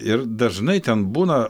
ir dažnai ten būna